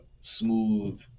smooth